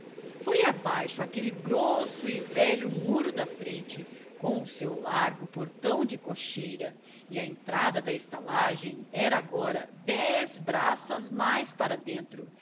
foi abaixo aquele grosso e velho muro da frente com o seu largo portão de cocheira e a entrada da estalagem era agora dez braças mais para dentro